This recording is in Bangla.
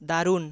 দারুণ